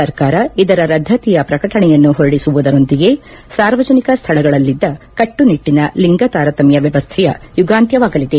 ಸರ್ಕಾರ ಇದರ ರದ್ದತಿಯ ಪ್ರಕಟಣೆಯನ್ನು ಹೊರಡಿಸುವುದರೊಂದಿಗೆ ಸಾರ್ವಜನಿಕ ಸ್ಥಳಗಳಲ್ಲಿದ್ದ ಕಟ್ಟುನಿಟ್ಟನ ಲಿಂಗತಾರತಮ್ಯ ವ್ಯವಸ್ಥೆಯ ಯುಗಾಂತ್ಕವಾಗಲಿದೆ